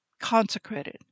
consecrated